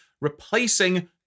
replacing